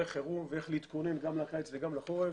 חירום ואיך להתכונן גם לקיץ וגם לחורף.